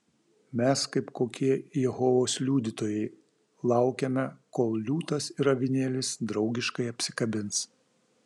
mes kaip kokie jehovos liudytojai laukiame kol liūtas ir avinėlis draugiškai apsikabins